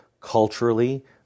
culturally